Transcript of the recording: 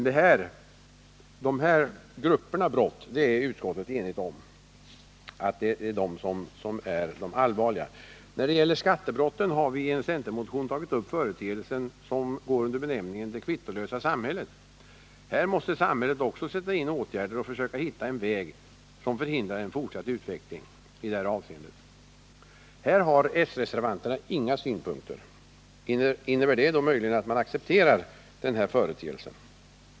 Utskottet är enigt om att de här grupperna av brott är de allvarliga. Närdet gäller skattebrotten har vi i en centermotion tagit upp den företeelse som går under benämningen ”det kvittolösa samhället”. Här måste samhället också sätta in åtgärder och försöka hitta en väg som förhindrar en fortsatt utveckling i detta avseende. Här har s-reservanterna inga synpunkter. Innebär det möjligen att man accepterar denna företeelse?